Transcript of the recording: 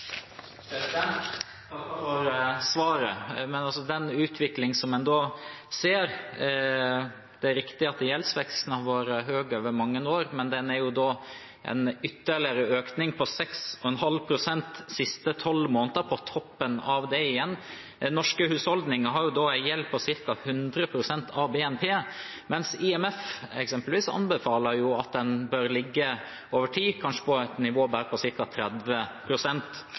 takker for svaret. Det er riktig at gjeldsveksten har vært høy over mange år, med en ytterligere økning på 6,5 pst. de siste tolv månedene på toppen av det igjen. Norske husholdninger har en gjeld på ca. 100 pst. av BNP, mens IMF eksempelvis anbefaler at den over tid bør ligge på et nivå på ca. 30 pst. Det IMF også sier, i sin stabiliseringsrapport for 2017, er at gjeldsøkningen på